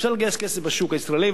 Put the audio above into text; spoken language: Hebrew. אפשר לגייס כסף בשוק הישראלי,